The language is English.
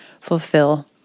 fulfill